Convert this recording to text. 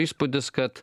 įspūdis kad